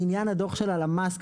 בעניין הדוח של הלמ"ס,